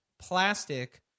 plastic